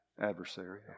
Adversary